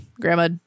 grandma